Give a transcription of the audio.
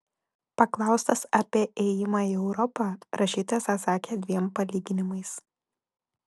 paklaustas apie ėjimą į europą rašytojas atsakė dviem palyginimais